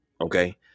okay